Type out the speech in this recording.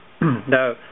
now